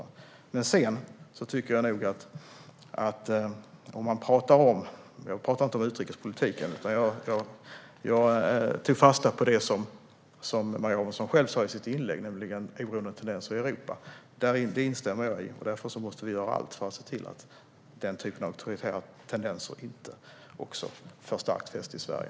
Om man inte talar om utrikespolitiken utan tar fasta på det som Maria Abrahamsson själv sa i sitt inlägg, nämligen oroande tendenser i Europa, instämmer jag i det. Vi måste därför göra allt för att se till att den typen av auktoritära tendenser inte också får starkt fäste i Sverige.